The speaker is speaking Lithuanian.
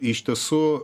iš tiesų